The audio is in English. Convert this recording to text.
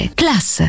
class